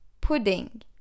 pudding